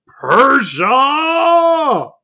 persia